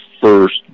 first